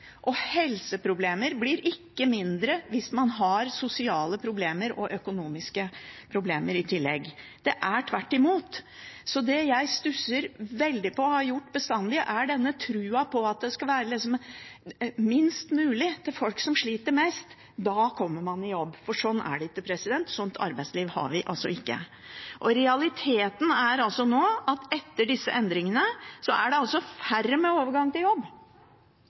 man har sosiale og økonomiske problemer i tillegg. Det er tvert imot. Så det jeg stusser veldig på – og har gjort bestandig – er denne troen på at det skal være minst mulig til de folkene som sliter mest, for da kommer man i jobb. Sånn er det ikke, et sånt arbeidsliv har vi ikke. Realiteten er nå at etter disse endringene er det færre med overgang til jobb